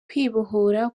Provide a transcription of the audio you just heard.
kwibohora